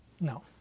No